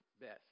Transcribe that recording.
best